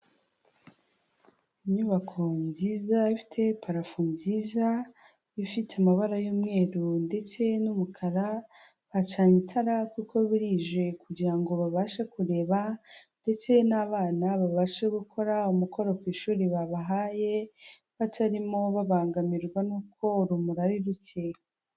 Inyubako nziza ifite parafo nziza ifite amabara y'umweru ndetse n'umukara, hacanye itara kuko burije kugira ngo babashe kureba ndetse n'abana babashe gukora umukoro ku ishuri babahaye batarimo babangamirwa n'uko urumuri ari ruke.